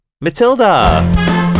Matilda